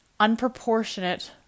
unproportionate